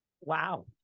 Wow